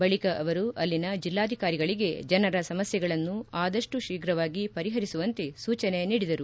ಬಳಿಕ ಅವರು ಅಲ್ಲಿನ ಜಿಲ್ಲಾಧಿಕಾರಿಗಳಿಗೆ ಜನರ ಸಮಸ್ಗೆಗಳನ್ನು ಆದಷ್ಟು ಶೀಘವಾಗಿ ಪರಿಹರಿಸುವಂತೆ ಸೂಚನೆ ನೀಡಿದರು